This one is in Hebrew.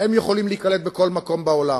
הם יכולים להיקלט בכל מקום בעולם.